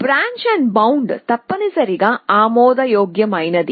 branch bound తప్పనిసరిగా ఆమోదయోగ్యమైనది